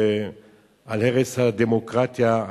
על הרס הדמוקרטיה,